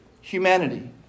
humanity